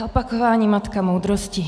Opakování matka moudrosti.